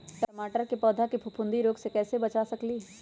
टमाटर के पौधा के फफूंदी रोग से कैसे बचा सकलियै ह?